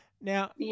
Now